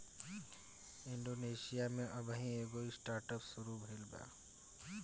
Indonesia में अबही एगो स्टार्टअप शुरू भईल बा